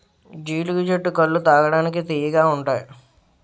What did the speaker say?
జీలుగు చెట్టు కల్లు తాగడానికి తియ్యగా ఉంతాయి